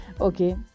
okay